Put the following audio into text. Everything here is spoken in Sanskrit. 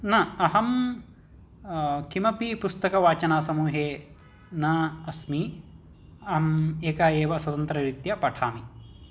न अहं किमपि पुस्तकवाचना समूहे न अस्मि अहं एक एव स्वतन्त्ररीत्या पठामि